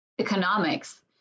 economics